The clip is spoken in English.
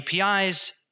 APIs